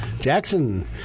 Jackson